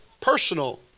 Personal